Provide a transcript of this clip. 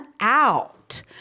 out